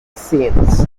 scenes